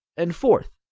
and fourth,